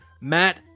Matt